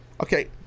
Okay